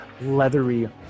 leathery